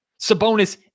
Sabonis